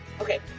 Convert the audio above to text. okay